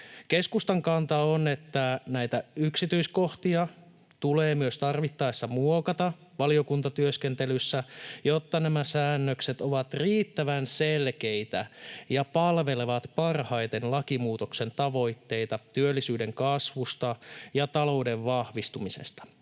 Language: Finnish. Keskustan kanta on, että näitä yksityiskohtia tulee tarvittaessa myös muokata valiokuntatyöskentelyssä, jotta nämä säännökset ovat riittävän selkeitä ja palvelevat parhaiten lakimuutoksen tavoitteita työllisyyden kasvusta ja talouden vahvistumisesta.